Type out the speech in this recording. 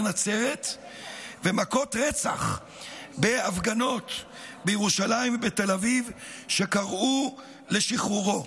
נצרת ומכות רצח בהפגנות בירושלים ובתל אביב שבהן קראו לשחרורו,